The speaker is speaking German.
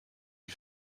die